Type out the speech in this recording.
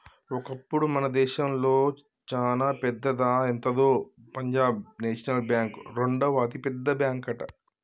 ఒకప్పుడు మన దేశంలోనే చానా పెద్దదా ఎంతుందో పంజాబ్ నేషనల్ బ్యాంక్ రెండవ అతిపెద్ద బ్యాంకట